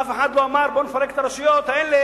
אף אחד לא אמר: בוא נפרק את הרשויות האלה,